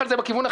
אתם